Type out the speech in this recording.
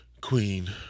queen